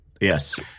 Yes